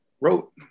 wrote